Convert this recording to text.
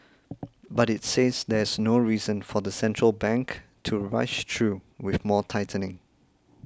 but it says there's no reason for the central bank to rush though with more tightening